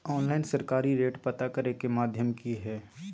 Online सरकारी rate पता करे के माध्यम की हय?